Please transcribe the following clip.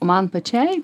man pačiai